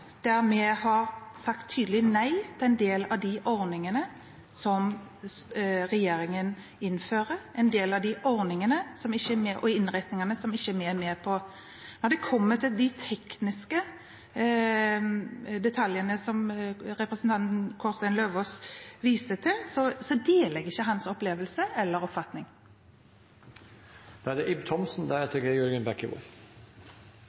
der vi har sagt nei til en del av de ordningene som regjeringen innfører, en del av de ordningene og innretningene som vi ikke er med på. Når det gjelder de tekniske detaljene som representanten Kårstein Eidem Løvaas viser til, deler jeg ikke hans opplevelse eller oppfatning. Representanten snakket ikke så mye om pressestøtte, men jeg vet fra før hva Arbeiderpartiet mener om pressestøtte – at det er det